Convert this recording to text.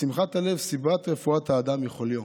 "שמחת הלב, סיבת רפואת האדם מחוליו",